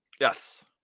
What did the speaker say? Yes